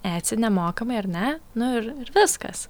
etsy nemokamai ar ne nu ir ir viskas